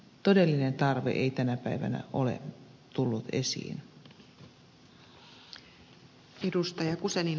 todellinen tarve ei tänä päivänä ole tullut esiin